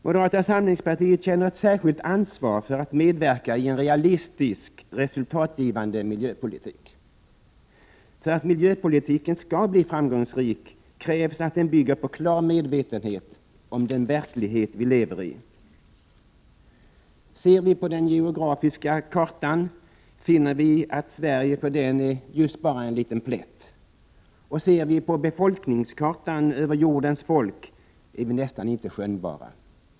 Moderata samlingspartiet känner ett särskilt ansvar för att medverka i en realistisk, resultatgivande miljöpolitik. För att miljöpolitiken skall bli framgångsrik krävs att den bygger på klar medvetenhet om den verklighet vi lever i. Ser vi på den geografiska kartan finner vi att Sverige på den är just bara en liten plätt, och ser vi på befolkningskartan över jordens folk är vi i Sverige nästan inte skönjbara.